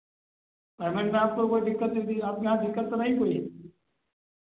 payment में आपको कोई दिक्कत नहीं थी आपके यहाँ दिक्कत तो नहीं कोई